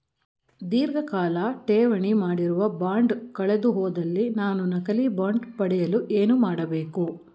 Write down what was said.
ಧೀರ್ಘಕಾಲ ಠೇವಣಿ ಮಾಡಿರುವ ಬಾಂಡ್ ಕಳೆದುಹೋದಲ್ಲಿ ನಾನು ನಕಲಿ ಬಾಂಡ್ ಪಡೆಯಲು ಏನು ಮಾಡಬೇಕು?